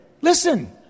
listen